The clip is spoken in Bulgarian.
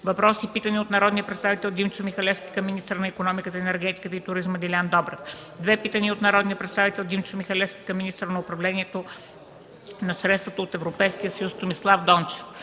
въпрос и питане от народния представител Димчо Михалевски към министъра на икономиката, енергетиката и туризма Делян Добрев; - две питания от народния представител Димчо Михалевски към министъра по управление на средствата от Европейския съюз Томислав Дончев.